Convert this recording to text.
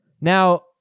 Now